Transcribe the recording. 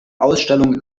ausstellung